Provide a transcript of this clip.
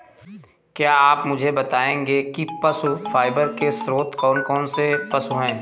क्या आप मुझे बताएंगे कि पशु फाइबर के स्रोत कौन कौन से पशु हैं?